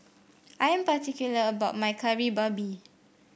I am particular about my Kari Babi